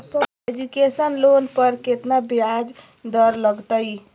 Education loan पर केतना ब्याज दर लगतई?